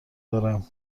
دارم